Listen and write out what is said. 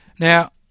Now